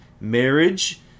Marriage